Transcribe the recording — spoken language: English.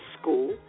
school